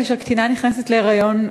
כאשר קטינה נכנסת להיריון,